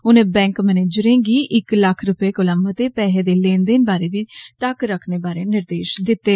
उनें बैंक मैनेजरें गी इक लक्ख रपे कोला मते पैहे दे लेन देन बारै बी तक्क रखने बारै निर्देष दिते